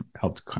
helped